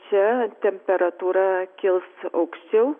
čia temperatūra kils aukščiau